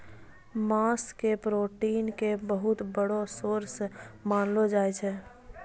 मांस के प्रोटीन के बहुत बड़ो सोर्स मानलो जाय छै